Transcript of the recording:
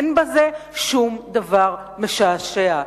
אין בזה שום דבר משעשע.